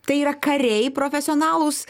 tai yra kariai profesionalūs